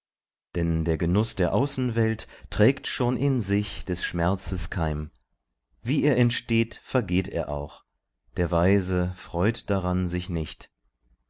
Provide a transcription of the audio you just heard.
denn der genuß der außenwelt trägt schon in sich des schmerzes keim wie er entsteht vergeht er auch der weise freut daran sich nicht